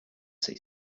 say